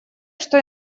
что